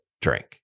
drink